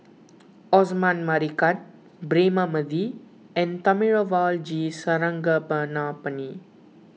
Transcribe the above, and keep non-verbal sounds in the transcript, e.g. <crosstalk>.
Osman Merican Braema Mathi and Thamizhavel G <unintelligible>